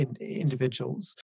individuals